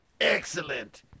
Excellent